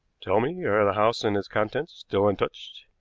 tell me, are the house and its contents still untouched?